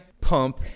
pump